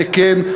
זה כן,